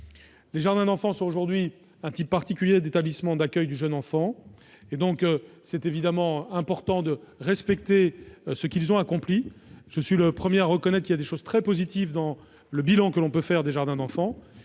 Les jardins d'enfants sont aujourd'hui un type particulier d'établissement d'accueil du jeune enfant. C'est évidemment important de respecter ce qu'ils ont accompli. Je suis le premier à reconnaître qu'il y a des choses très positives dans le bilan que l'on peut en faire. Comme dans d'autres